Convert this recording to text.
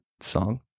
song